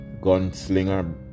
gunslinger